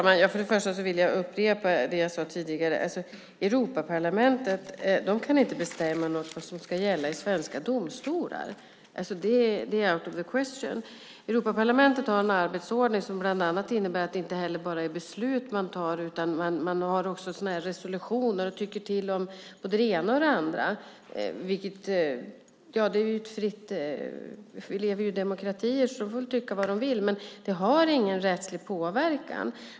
Fru talman! Jag vill först upprepa det jag sade tidigare. Europaparlamentet kan inte bestämma vad som ska gälla i svenska domstolar. Det är out of the question . Europaparlamentet har en arbetsordning som bland annat innebär att det inte bara är beslut man fattar, utan man antar också resolutioner och tycker till om både det ena och det andra. Vi lever ju i demokratier, så de får väl tycka vad de vill, men det har ingen rättslig påverkan.